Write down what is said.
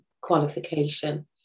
qualification